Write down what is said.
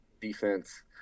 defense